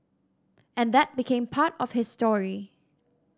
and that became part of his story